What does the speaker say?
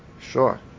sure